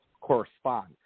correspond